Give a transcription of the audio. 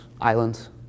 Islands